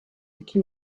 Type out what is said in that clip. qui